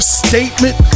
statement